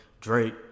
Drake